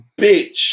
bitch